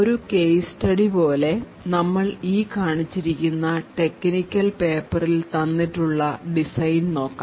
ഒരു case study പോലെ നമ്മൾ ഈ കാണിച്ചിരിക്കുന്ന technical പേപ്പറിൽ തന്നിട്ടുള്ള ഡിസൈൻ നോക്കാം